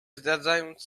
zdradzając